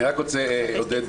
אני רק רוצה עודד,